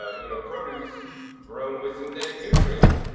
ah you know, produce grown with synthetic nutrients.